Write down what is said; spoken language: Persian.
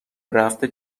رفته